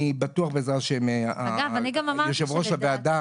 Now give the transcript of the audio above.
אני בטוח שבעזרת השם שיושבת הראש של הוועדה.